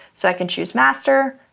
so i can choose master,